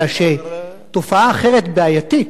אלא שיש תופעה אחרת בעייתית,